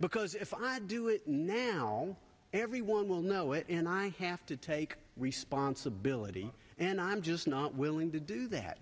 because if i do it now everyone will know it and i have to take responsibility and i'm just not willing to do that